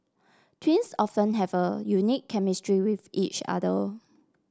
twins often have a unique chemistry with each other